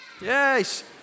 Yes